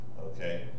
Okay